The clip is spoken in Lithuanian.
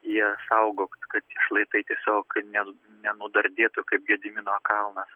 ją saugo kad tie šlaitai tiesiog ne nenudardėtų kaip gedimino kalnas